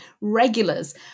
regulars